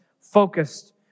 focused